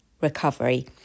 recovery